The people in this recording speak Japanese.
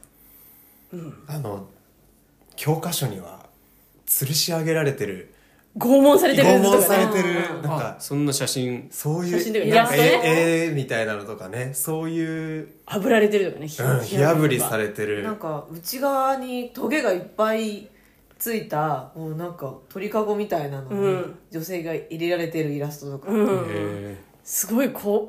うん。あの、教科書には吊るし上げられてる。拷問されてるやつとかね。拷問されてる。なんか、あ、そんな写真。そういう、写真とかイラストなんか絵-ね。絵みたいなのとかね。そういう、炙られてるとかね。うん、火- 火炙りとか。火炙りされてる。なんか内側にトゲがいっぱいついた、もうなんか鳥かごみたいなのに、うん。女性が入れられてるイラストとか。うん。へー。すごいこ-